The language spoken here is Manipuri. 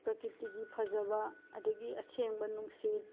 ꯄ꯭ꯔꯥꯀꯤꯇꯤꯒꯤ ꯐꯖꯕ ꯑꯗꯒꯤ ꯑꯁꯦꯡꯕ ꯅꯨꯡꯁꯤꯠ